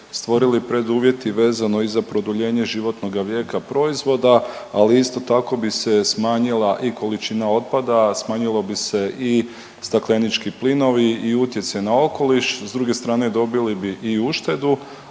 preduvjeti vezano i za produljenje životnoga vijeka proizvoda, ali isto tako bi se smanjila i količina otpada, smanjilo bi se i staklenički plinovi i utjecaj na okoliš. S druge strane dobili bi i uštedu,